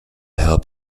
help